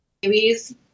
Babies